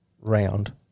Round